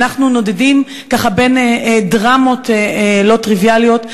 אנחנו נודדים ככה בין דרמות לא טריוויאליות.